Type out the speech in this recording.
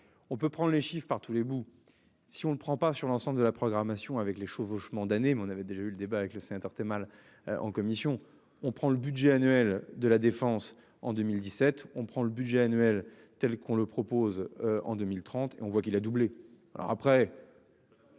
On peut prendre les chiffre par tous les bouts. Si on ne prend pas sur l'ensemble de la programmation avec les chevauchements d'années mais on avait déjà eu le débat avec le sénateur es mal en commission on prend le budget annuel de la défense en 2017. On prend le budget annuel telle qu'on le propose en 2030 et on voit qu'il a doublé.